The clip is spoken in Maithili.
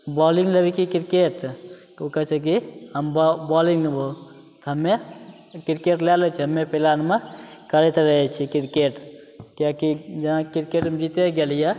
बॉलिन्ग लेबही किरकेट ओ कहै छै कि हम बॉ बॉलिन्ग लेबौ तऽ हमे किरकेट लै लै छिए हमे फिलहालमे करैत रहै छिए किरकेट किएकि जेना किरकेट जितिए गेलिए